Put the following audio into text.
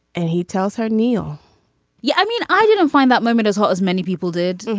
and he tells her, neal yeah, i mean, i didn't find that moment as hot as many people did.